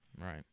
Right